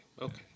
okay